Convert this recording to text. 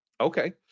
okay